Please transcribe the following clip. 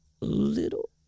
little